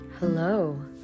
Hello